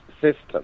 system